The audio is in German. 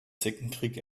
zickenkrieg